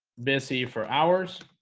busy for hours